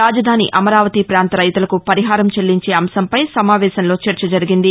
రాజధాని అమరావతి ప్రాంత రైతులకు పరిహారం చెల్లించే అంశంపై సమావేశంలో చర్చ జరిగింది